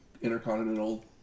Intercontinental